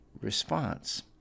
response